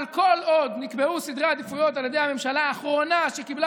אבל כל עוד נקבעו סדרי עדיפויות על ידי הממשלה האחרונה שקיבלה